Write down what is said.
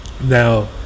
Now